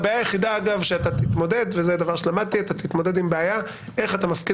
הבעיה היחידה איתה אתה תתמודד היא איך אתה מפקיד